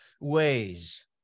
ways